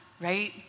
right